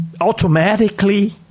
automatically